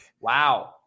Wow